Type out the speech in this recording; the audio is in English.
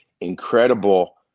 incredible